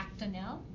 Actonel